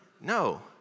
No